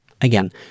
Again